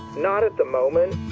not at the moment.